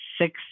six